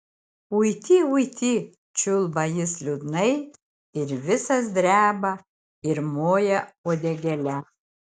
uiti uiti čiulba jis liūdnai ir visas dreba ir moja uodegėle